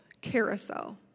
Carousel